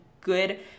good